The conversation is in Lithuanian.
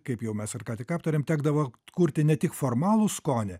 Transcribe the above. kaip jau mes ir ką tik aptarėm tekdavo kurti ne tik formalų skonį